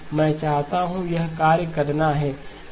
मैं चाहता हूं यह कार्य करना है